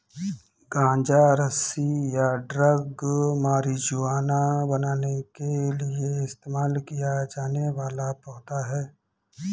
गांजा रस्सी या ड्रग मारिजुआना बनाने के लिए इस्तेमाल किया जाने वाला पौधा है